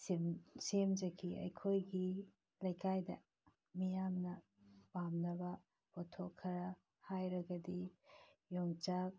ꯁꯦꯝꯖꯈꯤ ꯑꯩꯈꯣꯏ ꯂꯩꯀꯥꯏꯗ ꯃꯤꯌꯥꯝꯅ ꯄꯥꯝꯅꯕ ꯄꯣꯠꯊꯣꯛ ꯈꯔ ꯍꯥꯏꯔꯒꯗꯤ ꯌꯣꯡꯆꯥꯛ